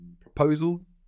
proposals